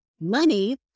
money